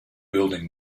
building